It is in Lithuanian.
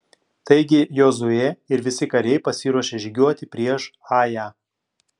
taigi jozuė ir visi kariai pasiruošė žygiuoti prieš ają